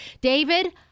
David